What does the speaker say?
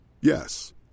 Yes